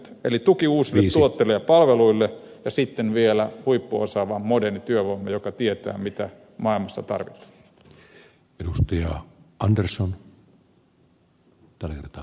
eli tuki uusille tuotteille ja palveluille ja sitten vielä huippuosaava moderni työvoima joka tietää mitä maailmassa tarvitaan